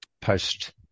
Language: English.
post